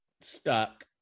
stuck